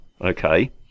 okay